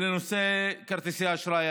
בנושא כרטיסי האשראי,